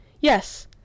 Yes